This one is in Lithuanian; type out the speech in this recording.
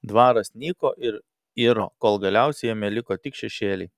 dvaras nyko ir iro kol galiausiai jame liko tik šešėliai